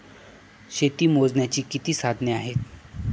शेती मोजण्याची किती साधने आहेत?